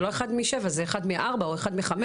זה לא אחד משבעה, זה אחד מארבעה או אחד מחמישה.